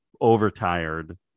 overtired